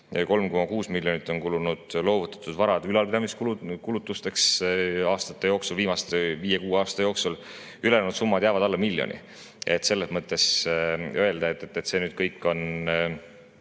3,6 miljonit on kulunud loovutatud varade ülalpidamiskulutusteks viimase viie-kuue aasta jooksul. Ülejäänud summad jäävad alla miljoni. Selles mõttes öelda, et see [raha] on